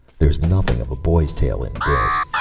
there's nothing of a boy's tale in this.